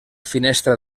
finestra